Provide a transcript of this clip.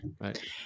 Right